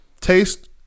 Taste